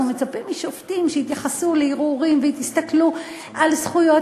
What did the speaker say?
אנחנו מצפים משופטים שיתייחסו לערעורים ויסתכלו על זכויות